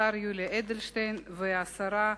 השר יולי אדלשטיין והשרה